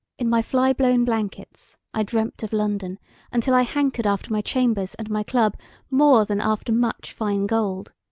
in my fly-blown blankets i dreamt of london until i hankered after my chambers and my club more than after much fine gold.